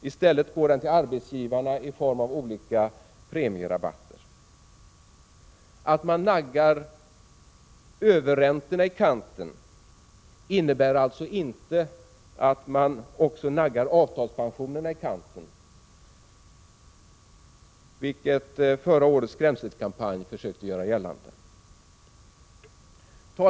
I stället går den till arbetsgivarna i form av olika premierabatter. Att överräntorna naggas i kanten innebär alltså inte att också avtalspensionerna naggas i kanten, vilket man försökte göra gällande i förra årets skrämselkampanj.